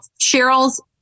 Cheryl's